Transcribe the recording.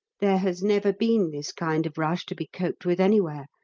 there has never been this kind of rush to be coped with anywhere,